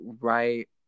right